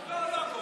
לא, לא הכול.